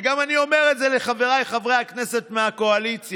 ואני אומר את זה גם לחבריי חברי הכנסת מהקואליציה,